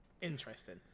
interesting